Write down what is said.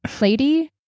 Lady